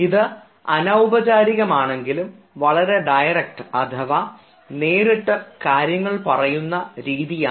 ഇത് അനൌപചാരികം ആണെങ്കിലും വളരെ ഡയറക്ട് അഥവാ നേരിട്ട് കാര്യങ്ങൾ പറയുന്ന രീതിയാണ്